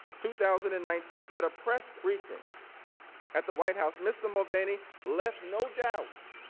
two thousand and nineteen at a press briefing at the white house, mr. mulvaney left no doubt,